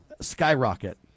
skyrocket